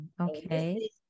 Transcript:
Okay